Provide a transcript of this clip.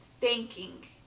Thanking